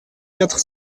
quatre